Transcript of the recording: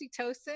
oxytocin